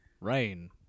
Rain